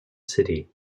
city